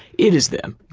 it is them.